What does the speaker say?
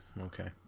okay